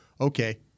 okay